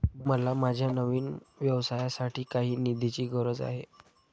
मला माझ्या नवीन व्यवसायासाठी काही निधीची गरज आहे